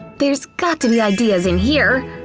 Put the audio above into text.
there's got to be ideas in here.